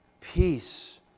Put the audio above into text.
peace